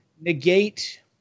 Negate